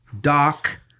Doc